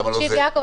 יעקב,